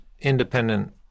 independent